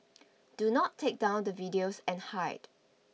do not take down the videos and hide